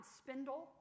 spindle